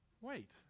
Wait